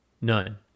none